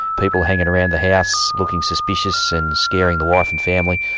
people hanging around the house looking suspicious and scaring the wife and family,